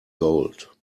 gold